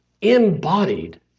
embodied